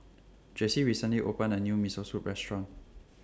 Jessy recently opened A New Miso Soup Restaurant